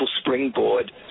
springboard